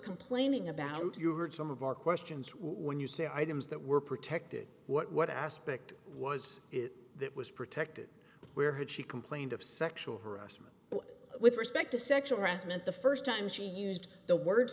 complaining about you heard some of our questions when you say items that were protected what aspect was it that was protected where had she complained of sexual harassment with respect to sexual harassment the first time she used the word